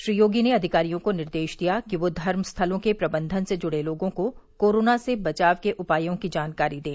श्री योगी ने अधिकारियों को निर्देश दिया कि वे धर्मस्थलों के प्रबंधन से जुड़े लोगों को कोरोना से बचाव के उपायों की जानकारी दें